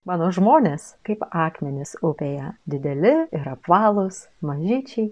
mano žmonės kaip akmenys upėje dideli ir apvalūs mažyčiai